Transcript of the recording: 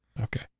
Okay